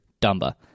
Dumba